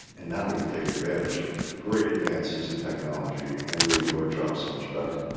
and now we can take advantage of great advances in technology and really do our jobs much better.